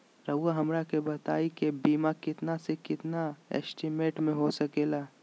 रहुआ हमरा के बताइए के बीमा कितना से कितना एस्टीमेट में हो सके ला?